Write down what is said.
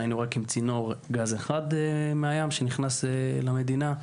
היינו רק עם צינור גז אחד מהים שנכנס למדינה.